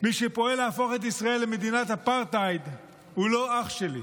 מי שפועל להפוך את ישראל למדינת אפרטהייד הוא לא אח שלי,